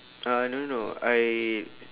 uh no no I